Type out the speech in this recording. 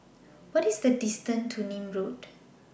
What IS The distance to Nim Road